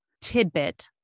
tidbit